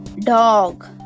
Dog